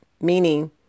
meaning